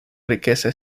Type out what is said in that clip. riqueza